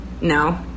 no